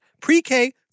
pre-K